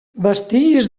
vestigis